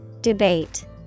Debate